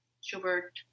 Schubert